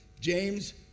James